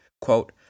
quote